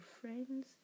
friends